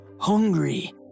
hungry